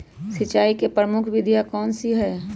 सिंचाई की प्रमुख विधियां कौन कौन सी है?